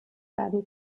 werden